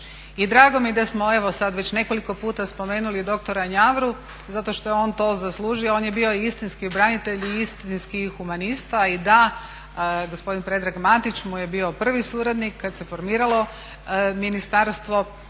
I drago mi je da smo evo sad već nekoliko puta spomenuli doktora Njavru zato što je on to zaslužio. On je bio istinski branitelj i istinski humanist i da, gospodin Predrag Matić mu je bio prvi suradnik kad se formiralo ministarstvo.